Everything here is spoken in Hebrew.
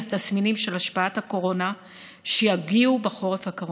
התסמינים של השפעת והקורונה שיגיעו בחורף הקרוב.